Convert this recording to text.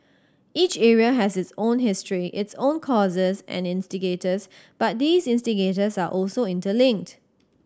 each area has its own history its own causes and instigators but these instigators are also interlinked